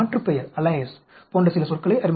மாற்றுப்பெயர் போன்ற சில சொற்களை அறிமுகப்படுத்தினோம்